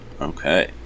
Okay